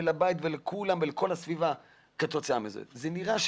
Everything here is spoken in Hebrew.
לבית ולכל הסביבה כתוצאה מזה נראה,